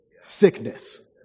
sickness